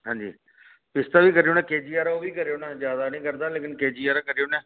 हां जी पिस्ता बी करी ओड़ना के जी हारा ओह् बी करी उड़ना ज्यादा नी करदा लेकिन के जी हारा करी ओड़ना